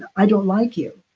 i don't like you.